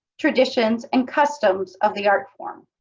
traditions, and customs of the art form.